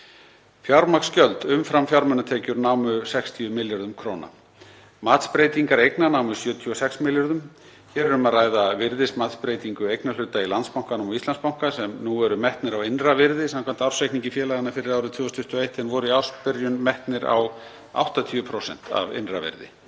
Fjármagnsgjöld umfram fjármunatekjur námu 60 milljörðum kr. Matsbreytingar eigna námu 76 milljörðum. Hér er um að ræða virðismatsbreytingu eignarhluta í Landsbankanum og Íslandsbanka sem nú eru metnir á innra virði samkvæmt ársreikningi félaganna fyrir árið 2021, en voru í ársbyrjun metnir á 80% af innra virði.